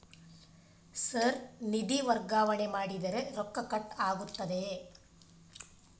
Sir ನಿಧಿ ವರ್ಗಾವಣೆ ಮಾಡಿದರೆ ರೊಕ್ಕ ಕಟ್ ಆಗುತ್ತದೆಯೆ?